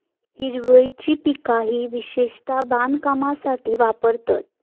हिरवळीची पिका ही विशेषता बांधकामासाठी वापरतत